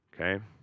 okay